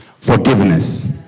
Forgiveness